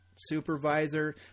supervisor